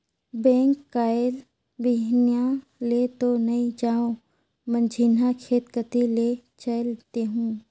bank कायल बिहन्हा ले तो नइ जाओं, मझिन्हा खेत कति ले चयल देहूँ